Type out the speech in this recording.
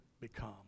become